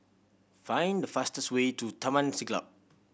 find the fastest way to Taman Siglap